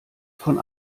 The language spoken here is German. von